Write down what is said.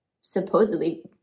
supposedly